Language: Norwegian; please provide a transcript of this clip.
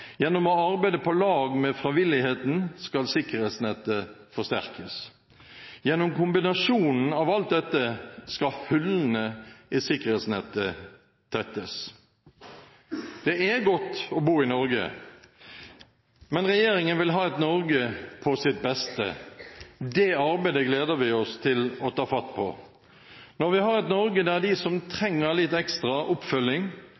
gjennom å arbeide på lag med frivilligheten skal sikkerhetsnettet forsterkes. Gjennom kombinasjonen av alt dette skal hullene i sikkerhetsnettet tettes. Det er godt å bo i Norge, men regjeringen vil ha et Norge på sitt beste. Det arbeidet gleder vi oss til å ta fatt på. Når vi har et Norge der de som trenger litt ekstra oppfølging,